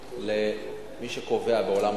לא, לא, את לא צריכה לשאול.